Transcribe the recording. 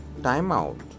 timeout